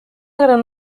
gran